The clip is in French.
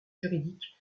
juridique